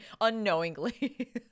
unknowingly